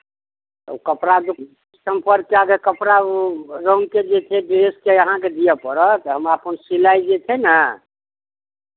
तऽ ओ कपड़ा जे सम्पर्क कए कऽ कपड़ा ओ रङ्गके जे छै ड्रेसके अहाँकेँ दिअ पड़त हम अपन सिलाइ जे छै ने